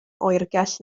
oergell